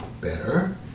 better